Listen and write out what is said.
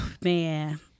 Man